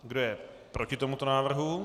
Kdo je proti tomuto návrhu?